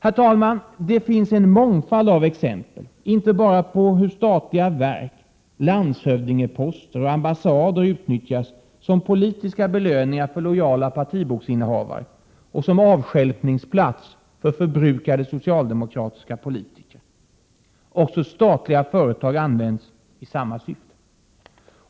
Fru talman! Det finns en mångfald exempel. Exemplen gäller inte bara hur statliga verk, landshövdingeposter och ambassader utnyttjas som politiska belöningar för lojala partiboksinnehavare och som avstjälpningsplats för förbrukade socialdemokratiska politiker. Statliga företag används också i samma syfte.